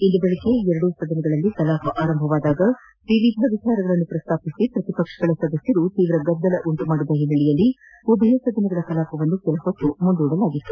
ಇಂದು ಬೆಳಗ್ಗೆ ಎರಡೂ ಸದನಗಳಲ್ಲಿ ಕಲಾಪ ಆರಂಭವಾದಾಗ ವಿವಿಧ ವಿಚಾರಗಳನ್ನು ಪ್ರಸ್ತಾಪಿಸಿ ಪ್ರತಿಪಕ್ಷಗಳ ಸದಸ್ಯರು ತೀವ್ರ ಗದ್ದಲ ಉಂಟುಮಾಡಿದ ಹಿನ್ನೆಲೆಯಲ್ಲಿ ಎರಡೂ ಸದನಗಳ ಕೆಲಾಪವನ್ನು ಕೆಲ ಕಾಲ ಮುಂದೂಡೆಲಾಗಿತ್ತು